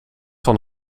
van